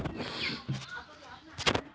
गायेर एक लीटर दूधेर कीमत की होबे चही?